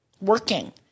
working